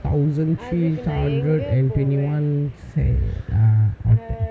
thousand three hundred and twenty one say ah